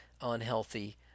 unhealthy